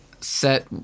set